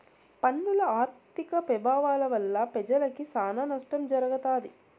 పన్నుల ఆర్థిక పెభావాల వల్ల పెజలకి సానా నష్టం జరగతాది